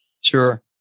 Sure